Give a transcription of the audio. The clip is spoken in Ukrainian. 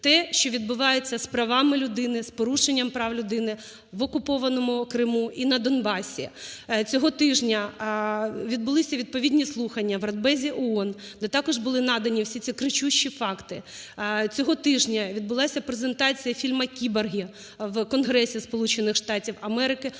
те, що відбувається з правами людини, з порушенням прав людини в окупованому Криму і на Донбасі. Цього тижня відбулися відповідні слухання в Радбезі ООН, де також були надані всі ці кричущі факти. Цього тижня відбулася презентація фільму "Кіборги" в Конгресі